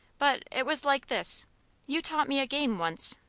but it was like this you taught me a game, once.